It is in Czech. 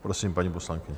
Prosím, paní poslankyně.